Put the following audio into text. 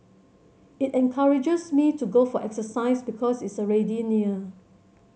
it encourages me to go for exercise because it's already near